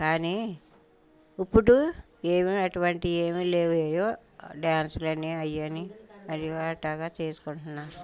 కానీ ఇప్పుడు ఏమీ అటువంటివి ఏమీ లేవు ఏవో డాన్సులని అవి అని ఏవో అట్టాగ చేసుకుంటున్నాం